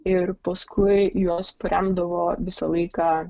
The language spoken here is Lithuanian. ir paskui juos paremdavo visą laiką